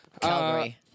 Calgary